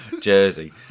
Jersey